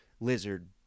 lizard